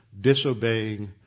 disobeying